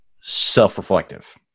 self-reflective